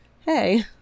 hey